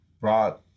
brought